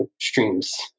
streams